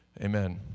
amen